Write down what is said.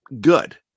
good